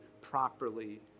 properly